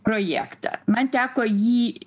projektą man teko jį